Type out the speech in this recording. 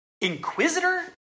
Inquisitor